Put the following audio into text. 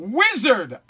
wizard